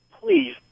please